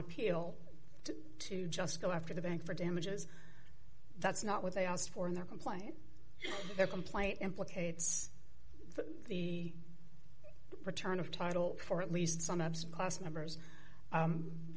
appeal to just go after the bank for damages that's not what they asked for in their complaint their complaint implicates the return of title for at least some apps class members